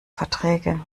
verträge